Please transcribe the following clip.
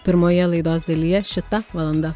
pirmoje laidos dalyje šita valanda